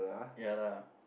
ya lah